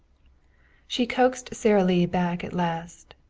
she coaxed sara lee back at last.